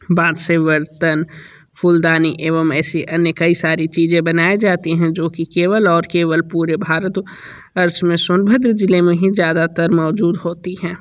बाँस से बर्तन फुलदानी एवम ऐसे अन्य कई सारी चीज़ें बनाए जाती हैं जो कि केवल और केवल पूरे भारत वर्ष में सोनभद्र ज़िले में ही ज़्यादातर मौजूद होती हैं